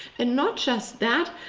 and not just that,